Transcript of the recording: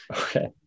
Okay